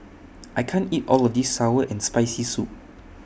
I can't eat All of This Sour and Spicy Soup